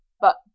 But